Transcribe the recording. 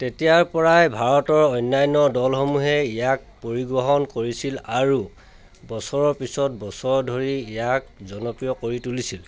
তেতিয়াৰপৰাই ভাৰতৰ অন্যান্য দলসমূহে ইয়াক পৰিগ্ৰহণ কৰিছিল আৰু বছৰৰ পিছত বছৰ ধৰি ইয়াক জনপ্ৰিয় কৰি তুলিছিল